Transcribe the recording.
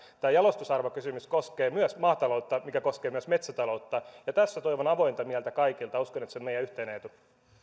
tämä jalostusarvokysymys koskee myös maataloutta ja se koskee myös metsätaloutta ja tässä toivon avointa mieltä kaikilta uskon että se on meidän yhteinen etu tässä oli